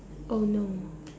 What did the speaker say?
oh no